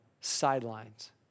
sidelines